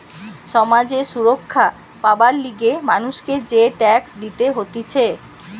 সমাজ এ সুরক্ষা পাবার লিগে মানুষকে যে ট্যাক্স দিতে হতিছে